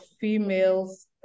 females